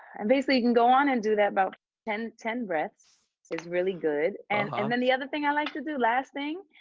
and basically you can go on and do that about ten ten breaths is really good. and um then the other thing i like to do, last thing,